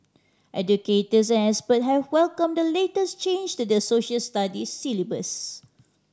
educators and expert have welcomed the latest change to the Social Studies syllabus